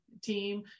team